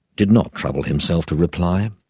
did not trouble himself to reply.